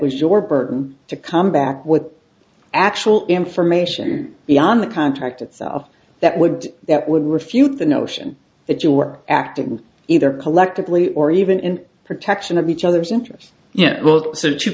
was your burden to come back with actual information beyond the contract itself that would that would refute the notion that you were acting either collectively or even in protection of each other's interest yeah well s